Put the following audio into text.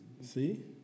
See